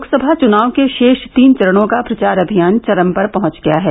लोकसभा चुनाव के शेष तीन चरणों का प्रचार अभियान चरम पर पहुंच गया है